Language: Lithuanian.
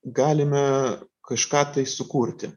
galime kažką tai sukurti